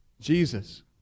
Jesus